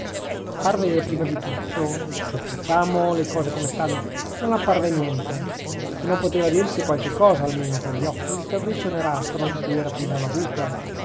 lastrone apparve prima di tutto cioè diciamo le cose come stanno non apparve niente che non poteva dirsi qualche cosa almeno per gli occhi il terriccio nerastro di cui era piena la buca